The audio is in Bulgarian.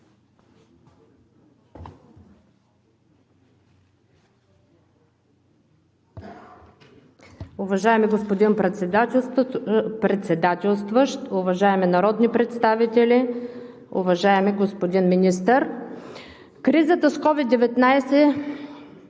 кризата с COVID-19